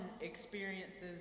experiences